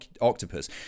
octopus